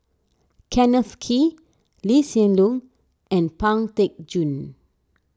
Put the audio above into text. Kenneth Kee Lee Hsien Loong and Pang Teck Joon